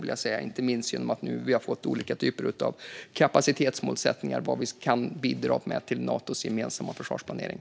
Vi har inte minst fått olika kapacitetsmålsättningar och vad vi kan bidra med till Natos gemensamma försvarsplanering.